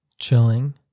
chilling